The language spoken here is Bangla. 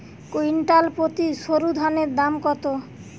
কুইন্টাল প্রতি সরুধানের দাম কত?